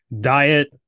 diet